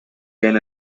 gain